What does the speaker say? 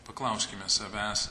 paklauskime savęs